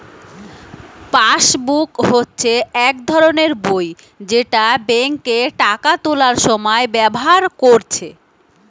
passbook হচ্ছে এক ধরণের বই যেটা বেঙ্কে টাকা তুলার সময় ব্যাভার কোরছে